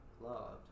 loved